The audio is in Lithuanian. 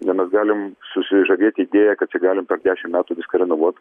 na mes galim susižavėt idėja kad čia galim per dešim metų viską renovuot